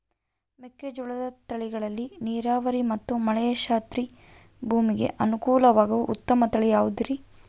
ಮೆಕ್ಕೆಜೋಳದ ತಳಿಗಳಲ್ಲಿ ನೇರಾವರಿ ಮತ್ತು ಮಳೆಯಾಶ್ರಿತ ಭೂಮಿಗೆ ಅನುಕೂಲವಾಗುವ ಉತ್ತಮ ತಳಿ ಯಾವುದುರಿ?